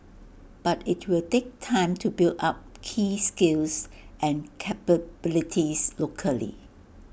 but IT will take time to build up key skills and capabilities locally